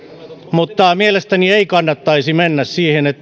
mutta mielestäni ei kannattaisi mennä siihen